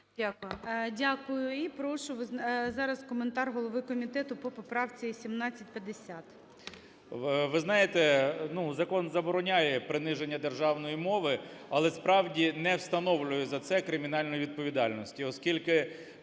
Дякую. І прошу зараз коментар голови комітету по поправці 1750. 13:19:28 КНЯЖИЦЬКИЙ М.Л. Ви знаєте, ну, закон забороняє приниження державної мови, але справді не встановлює за це кримінальної відповідальності, оскільки